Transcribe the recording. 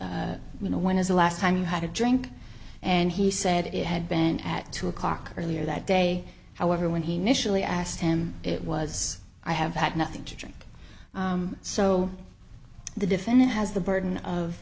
defendant you know when is the last time you had a drink and he said it had been at two o'clock earlier that day however when he missionary asked him it was i have had nothing to drink so the defendant has the burden of